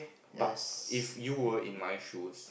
but if you were in my shoes